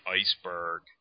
iceberg